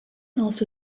also